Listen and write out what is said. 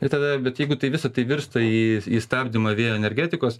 ir tada bet jeigu tai visą tai virsta į į stabdymą vėjo energetikos